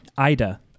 Ida